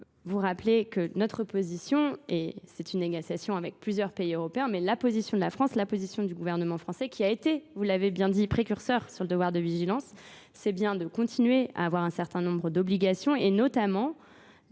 vous rappeler que notre position, et c'est une négociation avec plusieurs pays européens, mais la position de la France, la position du gouvernement français qui a été, vous l'avez bien dit, précurseur sur le devoir de vigilance, c'est bien de continuer à avoir un certain nombre d'obligations et notamment